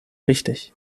richtig